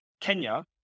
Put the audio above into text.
Kenya